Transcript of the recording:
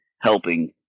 helping